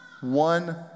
one